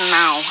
now